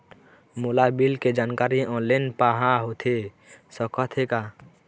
मोला बिल के जानकारी ऑनलाइन पाहां होथे सकत हे का?